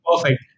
perfect